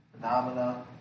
phenomena